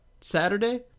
Saturday